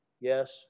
yes